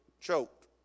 Choked